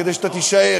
כדי שאתה תישאר,